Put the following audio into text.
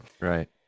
Right